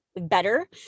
better